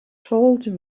told